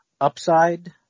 upside